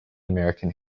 american